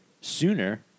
sooner